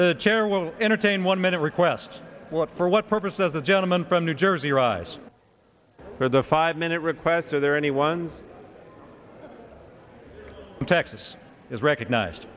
the chair will entertain one minute request what for what purpose does the gentleman from new jersey arise for the five minute requests are there any one texas is recognized